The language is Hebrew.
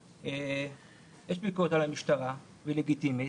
יש ביקורת על המשטרה, ולגיטימית,